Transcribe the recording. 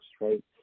right